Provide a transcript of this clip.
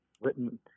written